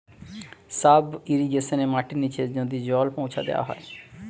sub ইর্রিগেশনে মাটির নিচে নদী জল পৌঁছা দেওয়া হয়